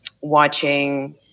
watching